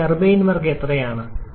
നിങ്ങളുടെ turbine work എത്രയാണ്